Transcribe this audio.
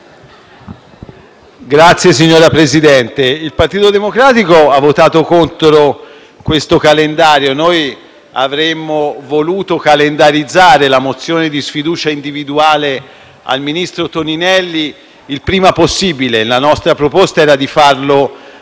il Partito Democratico ha votato contro il calendario in esame. Avremmo voluto infatti calendarizzare la mozione di sfiducia individuale al ministro Toninelli quanto prima possibile e la nostra proposta era di farlo